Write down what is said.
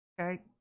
Okay